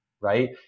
right